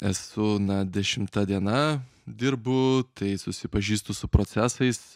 esu na dešimta diena dirbu tai susipažįstu su procesais